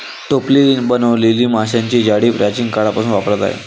टोपली बनवलेली माशांची जाळी प्राचीन काळापासून वापरात आहे